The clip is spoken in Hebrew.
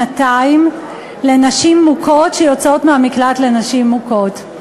פטור מארנונה למשך שנתיים לנשים מוכות שיוצאות ממקלט לנשים מוכות.